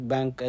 Bank